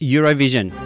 Eurovision